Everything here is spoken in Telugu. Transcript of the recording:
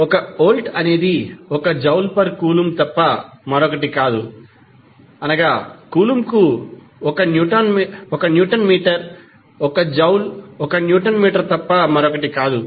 1 వోల్ట్ అనేది 1 జౌల్ పర్ కూలుంబ్ తప్ప మరొకటి కాదు అనగా కూలంబ్కు 1 newton metre 1 joule 1 newton metre తప్ప మరొకటి కాదు